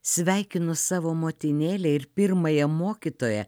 sveikinu savo motinėlę ir pirmąją mokytoją